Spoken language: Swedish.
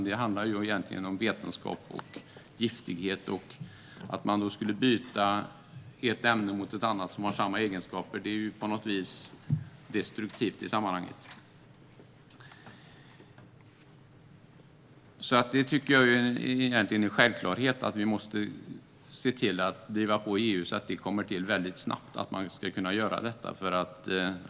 Det handlar egentligen om vetenskap och giftighet. Att man skulle byta ett ämne mot ett annat som har samma egenskaper är på något sätt destruktivt i sammanhanget. Jag tycker alltså att det är en självklarhet att vi driver på EU så att man snabbt kommer fram till att detta ska kunna göras.